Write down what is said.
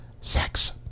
sex